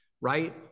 right